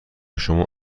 شما